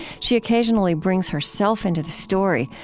she occasionally brings herself into the story,